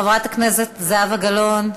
חברת הכנסת זהבה גלאון.